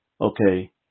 okay